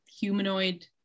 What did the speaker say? Humanoid